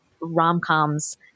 rom-coms